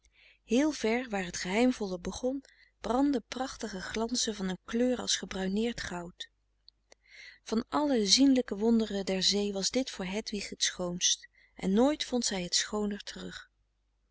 heel ver waar het geheimvolle begon brandden prachtige glansen van een kleur als gebruineerd goud van alle zienlijke wonderen der zee was dit voor hedwig het schoonst en nooit vond zij het schooner terug